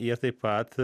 ir taip pat